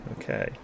okay